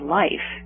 life